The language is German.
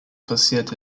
passiert